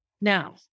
Now